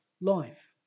life